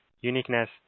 Uniqueness